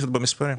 במספרים.